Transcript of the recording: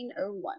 1901